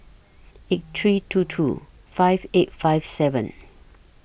eight three two two five eight five seven